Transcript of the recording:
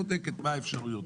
בודקת מה האפשרויות,